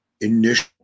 initial